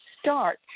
start